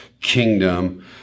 kingdom